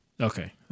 Okay